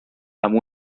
amb